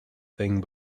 thing